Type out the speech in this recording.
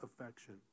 affection